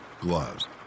gloves